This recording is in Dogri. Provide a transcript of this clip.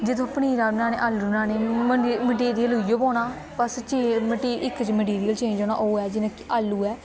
जे तुसें पनीरा दे बनाने आलू दे बनाने मेटीरियल उ'इयो पौना आं चें बस इक च मेटीरियल चेंज होना ओह् ऐ जियां कि आलू ऐ